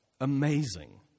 amazing